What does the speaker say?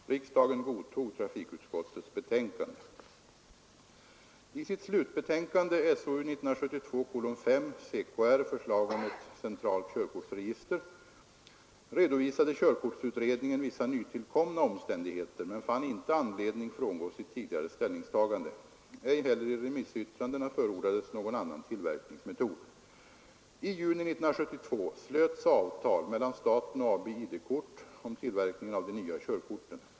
Riksdagen godtog trafikutskottets betänkande. I sitt slutbetänkande CKR — Förslag om ett centralt körkortsregister redovisade körkortsutredningen vissa nytillkomna omständigheter men fann inte anledning frångå sitt tidigare ställningstagande. Ej heller i remissyttrandena förordades någon annan tillverkningsmetod. I juni 1972 slöts avtal mellan staten och AB ID-kort om tillverkningen av de nya körkorten.